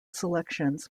selections